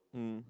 mm